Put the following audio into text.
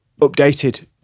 updated